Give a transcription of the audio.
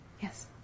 Yes